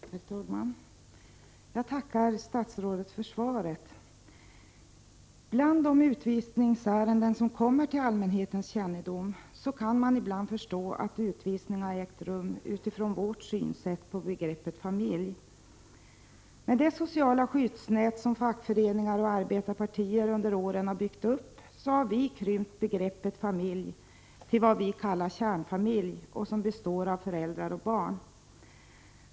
Herr talman! Jag tackar statsrådet för svaret. Av de utvisningsärenden som kommer till allmänhetens kännedom kan man ibland förstå att utvisningar ägt rum med utgångspunkt i vårt sätt att tolka begreppet familj. I det sociala skyddsnät som fackföreningar och arbetarpartier under åren byggt upp har vi krympt begreppet familj till vad vi kallar kärnfamilj, som består av föräldrar och barn.